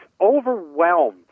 overwhelmed